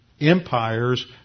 empires